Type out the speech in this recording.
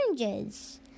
oranges